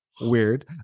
weird